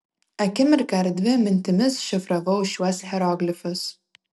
akimirką ar dvi mintimis šifravau šiuos hieroglifus